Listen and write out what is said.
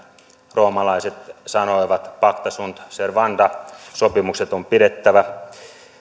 roomalaiset sanoivat pacta sunt servanda sopimukset on pidettävä